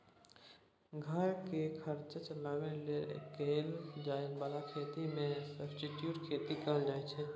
घर केर खर्चा चलाबे लेल कएल जाए बला खेती केँ सब्सटीट्युट खेती कहल जाइ छै